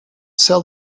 sell